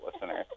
listeners